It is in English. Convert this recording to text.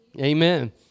Amen